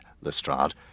Lestrade